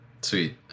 Sweet